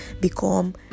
become